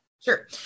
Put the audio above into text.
Sure